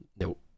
Nope